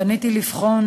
פניתי כדי לבחון,